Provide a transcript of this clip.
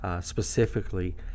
specifically